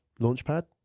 launchpad